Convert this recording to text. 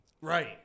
Right